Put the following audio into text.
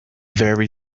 very